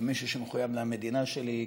כמישהו שמחויב למדינה שלי,